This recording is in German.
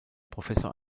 professor